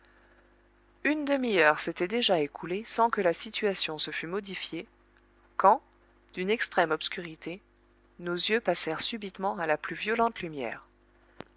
une demi-heure s'était déjà écoulée sans que la situation se fût modifiée quand d'une extrême obscurité nos yeux passèrent subitement à la plus violente lumière